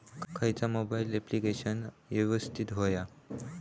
खयचा mobile application यवस्तित होया?